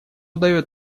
дает